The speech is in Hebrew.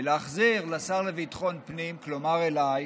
ולהחזיר לשר לביטחון פנים, כלומר אליי,